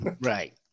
Right